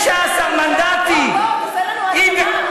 בוא, תעשה לנו הצגה.